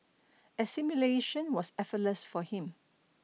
assimilation was effortless for him